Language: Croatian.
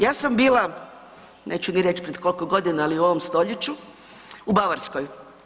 Ja sam bila, neću ni reći pred koliko godina, ali u ovom stoljeću u Bavarskoj.